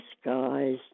skies